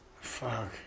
Fuck